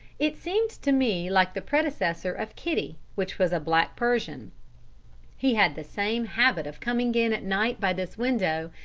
it seemed to me like the predecessor of kitty, which was a black persian he had the same habit of coming in at night by this window,